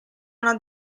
una